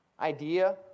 idea